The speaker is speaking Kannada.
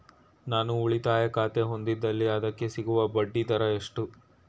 ನಾನು ಉಳಿತಾಯ ಖಾತೆ ಹೊಂದಿದ್ದಲ್ಲಿ ಅದಕ್ಕೆ ಸಿಗುವ ಬಡ್ಡಿ ದರ ಎಷ್ಟು?